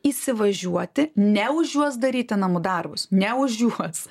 įsivažiuoti ne už juos daryti namų darbus ne už juos